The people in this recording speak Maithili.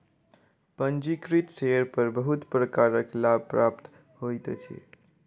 पंजीकृत शेयर पर बहुत प्रकारक लाभ प्राप्त होइत अछि